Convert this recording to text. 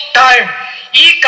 time